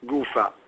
Gufa